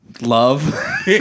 love